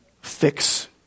fix